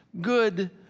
good